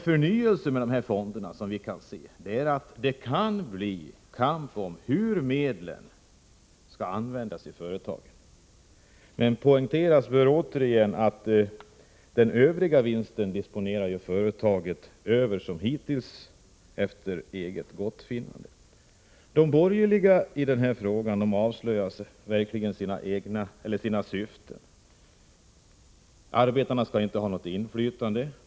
Förnyelsen med dessa fonder är, som vi ser det, att det kan bli en kamp om hur medlen skall användas i företagen. Det bör återigen poängteras att företagen, precis som hittills, disponerar över den De borgerliga partierna avslöjar verkligen sina syften i den här frågan: arbetarna skall inte ha något inflytande.